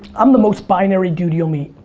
i'm the most binary dude you'll meet.